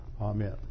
Amen